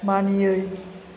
मानियै